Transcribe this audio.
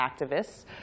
activists